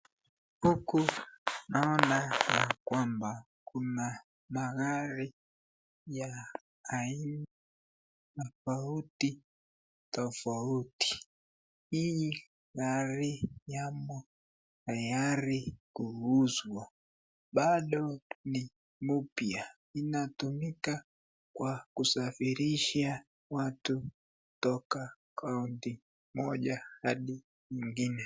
Hapa naona ya kwamba kuna magari ya aina tofauti tofauti, hii gari yamo tayari kuuzwa bado ni mupya inatumika kwa kusafirisha watu kutoka kaunti moja hadi ngine.